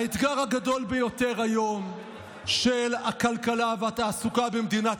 האתגר הגדול ביותר של הכלכלה והתעסוקה במדינת